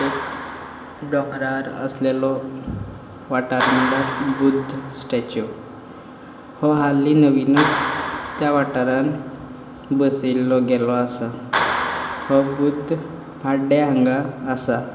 एक डोंगरार आसलेलो वाटार म्हणल्यार बुद्ध स्टेच्यू हो हाल्ली नविनूच त्या वाटारान बसयल्लो गेलो आसा हो बुद्द पाड्डे हांगा आसा